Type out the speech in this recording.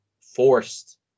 forced